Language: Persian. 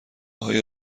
های